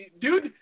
dude